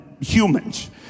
humans